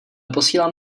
posílám